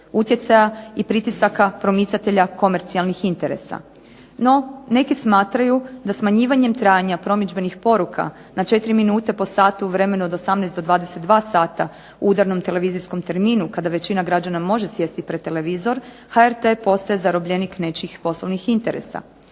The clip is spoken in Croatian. utjecaja i pritisaka promicatelja komercijalnih interesa. No, neki smatraju da smanjivanjem trajanja promidžbenih poruka na 4 minute po satu u vremenu od 18 do 22 sata u udarnom televizijskom terminu kada većina građana može sjediti pred televizor, HRT-a postaje zarobljenik nečijih poslovnih interesa.